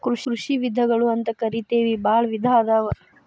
ಕೃಷಿ ವಿಧಗಳು ಅಂತಕರಿತೆವಿ ಬಾಳ ವಿಧಾ ಅದಾವ